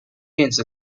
电子